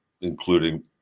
including